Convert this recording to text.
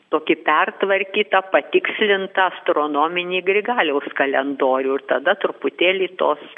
tokį pertvarkytą patikslintą astronominį grigaliaus kalendorių ir tada truputėlį tos